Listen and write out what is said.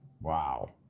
Wow